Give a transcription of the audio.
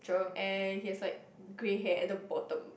and he is like grey hair at the bottom